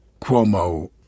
Cuomo